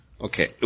Okay